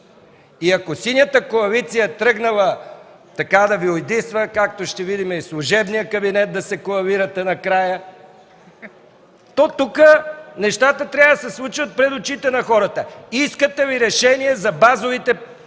Ако Синята коалиция е тръгнала така да Ви уйдисва, както ще видим и в служебния кабинет да се коалирате накрая, то тук нещата трябва да се случват пред очите на хората. Искате ли решение за базовите нужди